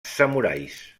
samurais